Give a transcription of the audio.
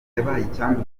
icyambu